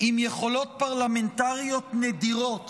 עם יכולות פרלמנטריות נדירות